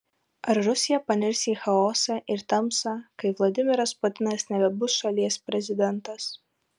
ar rusija panirs į chaosą ir tamsą kai vladimiras putinas nebebus šalies prezidentas